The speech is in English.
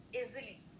easily